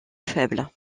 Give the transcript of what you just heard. faible